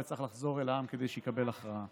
וצריך לחזור אל העם כדי שיקבל הכרעה.